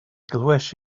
glywais